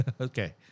Okay